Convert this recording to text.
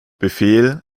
befehl